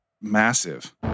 massive